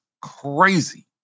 crazy